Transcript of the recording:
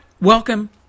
welcome